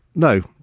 no,